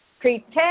pretend